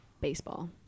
Baseball